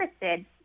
interested